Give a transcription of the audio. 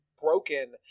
broken